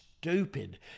Stupid